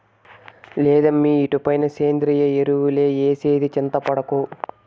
లేదమ్మీ ఇటుపైన సేంద్రియ ఎరువులే ఏసేది చింతపడకు